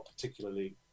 particularly